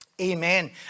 Amen